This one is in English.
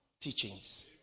teachings